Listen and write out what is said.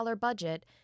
budget